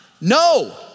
No